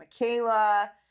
Michaela